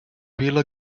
vila